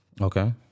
Okay